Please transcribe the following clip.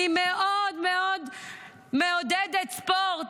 אני מאוד מאוד מעודדת ספורט.